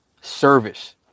service